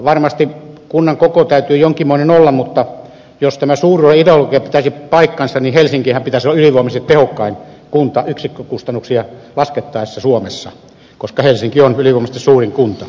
varmasti kunnan koon täytyy jonkinmoinen olla mutta jos tämä suuruuden ideologia pitäisi paikkaansa niin helsinginhän pitäisi olla ylivoimaisesti tehokkain kunta yksikkökustannuksia laskettaessa suomessa koska helsinki on ylivoimaisesti suurin kunta